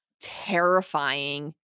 terrifying